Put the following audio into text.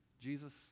Jesus